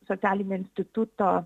socialinio instituto